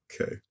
Okay